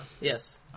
Yes